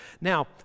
Now